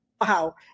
Wow